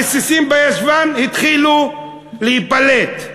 הרסיסים בישבן התחילו להיפלט: